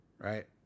right